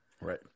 Right